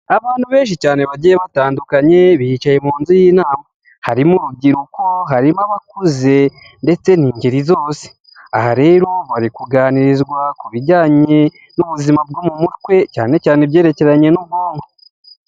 Abantu benshi cyane bagiye batandukanye bicaye mu nzu y'inama, harimo urubyiruko, harimo abakuze ndetse ni ingeri zose, aha rero bari kuganirizwa n'ubuzima bwo mu mutwe cyane cyane ibyerekeranye n'ubwonko.